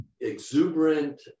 exuberant